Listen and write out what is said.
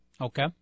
Okay